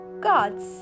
gods